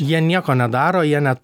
jie nieko nedaro jie net